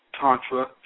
Tantra